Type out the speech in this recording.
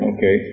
Okay